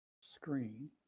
screen